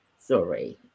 Sorry